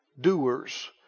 doers